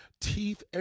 teeth